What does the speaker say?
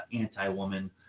anti-woman